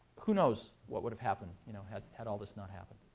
who knows what would have happened you know had had all this not happened.